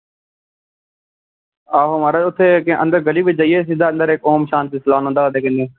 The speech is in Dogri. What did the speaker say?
आहो म्हाराज उत्थें अंदर गली बिच जाइयै सिद्धा अंदर इक्क ओम शांति आंदा उद्धर